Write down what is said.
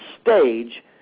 stage